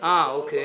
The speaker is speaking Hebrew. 15-009 אושרה.